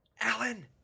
Alan